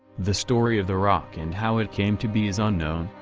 the story of the rock and how it came to be is unknown,